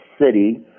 city